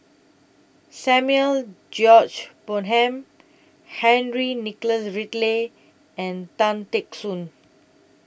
Samuel George Bonham Henry Nicholas Ridley and Tan Teck Soon